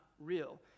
real